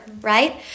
right